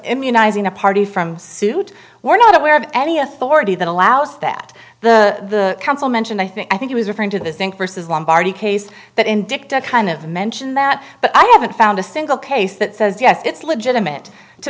immunizing a party from suit we're not aware of any authority that allows that the council mentioned i think i think it was referring to the sink versus one party case that in dicta kind of mentioned that but i haven't found a single case that says yes it's legitimate to